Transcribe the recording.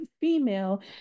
female